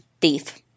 thief